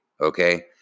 okay